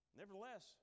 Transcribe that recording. nevertheless